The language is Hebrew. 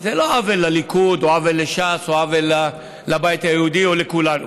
זה לא עוול לליכוד או עוול לש"ס או עוול לבית היהודי או לכולנו,